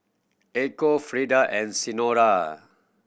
Echo Freida and Senora